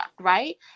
right